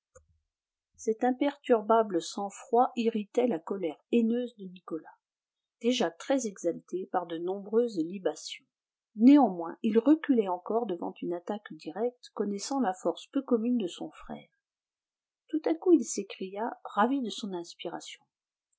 cet imperturbable sang-froid irritait la colère haineuse de nicolas déjà très exalté par de nombreuses libations néanmoins il reculait encore devant une attaque directe connaissant la force peu commune de son frère tout à coup il s'écria ravi de son inspiration